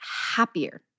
happier